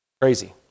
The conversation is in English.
Crazy